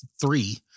Three